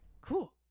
Cool